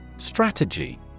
Strategy